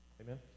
Amen